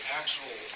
actual